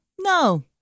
no